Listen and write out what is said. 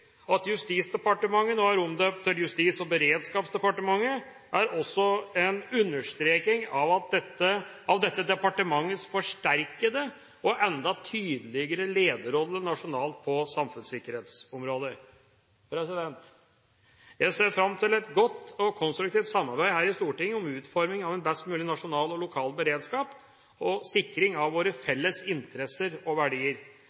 At Justisdepartementet nå er omdøpt til Justis- og beredskapsdepartementet, er også en understreking av dette departementets forsterkede og enda tydeligere lederrolle nasjonalt på samfunnssikkerhetsområdet. Jeg ser fram til et godt og konstruktivt samarbeid her i Stortinget om utforming av en best mulig nasjonal og lokal beredskap og sikring av våre felles interesser og verdier.